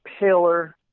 paler